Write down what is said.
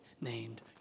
named